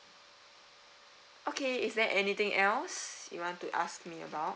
okay is there anything else you want to ask me about